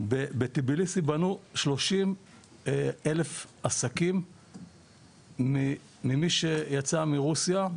בטביליסי נבנו כ-30,000 עסקים ממי שיצא מרוסיה,